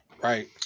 right